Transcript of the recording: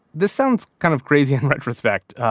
this sounds kind of crazy in retrospect,